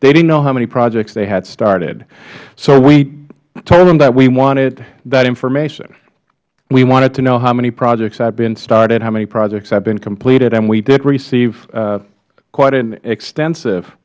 they didn't know how many projects they had started we told them that we wanted that information we wanted to know how many projects had been started how many projects had been completed and we did receive quite an extensive